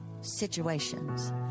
situations